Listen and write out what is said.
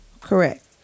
Correct